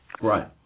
Right